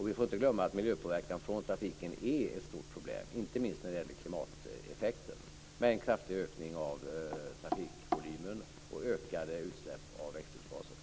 Vi får inte glömma att miljöpåverkan från trafiken är ett stort problem, inte minst när det gäller klimateffekter, med en kraftig ökning av trafikvolymen och ökade utsläpp av växthusgaser.